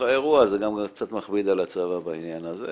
האירוע זה גם קצת מכביד על הצבא בעניין הזה,